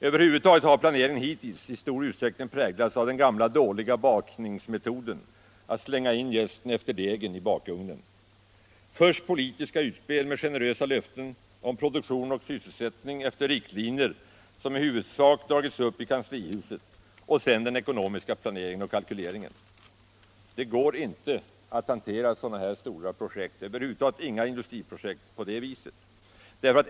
Över huvud taget har planeringen hittills i stor utsträckning präglats av den gamla dåliga bakningsmetoden att slänga in jästen efter degen i bakugnen: först politiska utspel med generösa löften om produktion och sysselsättning efter riktlinjer som i huvudsak dragits upp i kanslihuset och sedan den ekonomiska planeringen och kalkyleringen. Det går inte att hantera sådana stora projekt, och över huvud taget inga industriprojekt, på det viset.